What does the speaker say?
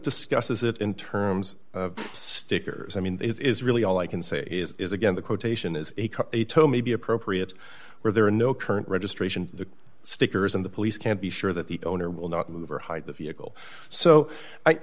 discusses it in terms of stickers i mean is really all i can say is again the quotation is a tone may be appropriate where there are no current registration the stickers and the police can't be sure that the owner will not move or hide the vehicle so